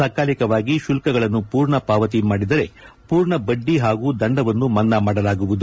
ಸಕಾಲಿಕವಾಗಿ ಶುಲ್ಕಗಳನ್ನು ಪೂರ್ಣ ಪಾವತಿ ಮಾಡಿದರೆ ಪೂರ್ಣ ಬಡ್ಡಿ ಪಾಗೂ ದಂಡವನ್ನು ಮನ್ನಾ ಮಾಡಲಾಗುವುದು